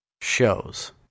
shows